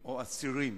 או אסירים,